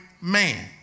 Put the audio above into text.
man